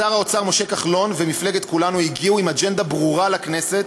שר האוצר משה כחלון ומפלגת כולנו הגיעו עם אג'נדה ברורה לכנסת,